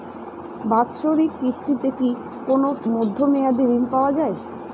বাৎসরিক কিস্তিতে কি কোন মধ্যমেয়াদি ঋণ পাওয়া যায়?